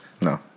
No